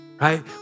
Right